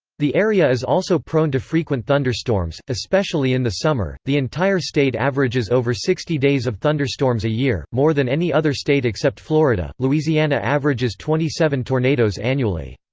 the area is also prone to frequent thunderstorms, especially in the summer the entire state averages over sixty days of thunderstorms a year, more than any other state except florida. louisiana averages twenty seven tornadoes annually.